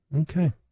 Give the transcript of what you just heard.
okay